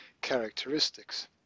characteristics